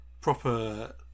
Proper